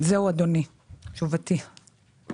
אני